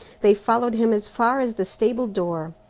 they followed him as far as the stable-door,